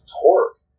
torque